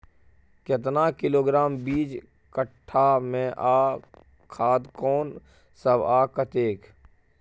केतना किलोग्राम बीज कट्ठा मे आ खाद कोन सब आ कतेक?